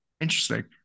Interesting